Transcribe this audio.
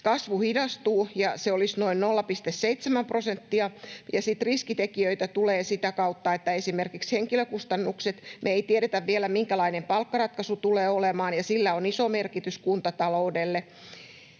kasvu hidastuu ja se olisi noin 0,7 prosenttia. Riskitekijöitä tulee esimerkiksi henkilökustannuksista. Me ei tiedetä vielä, minkälainen palkkaratkaisu tulee olemaan, ja sillä on iso merkitys kuntataloudelle.